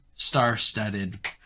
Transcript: Star-studded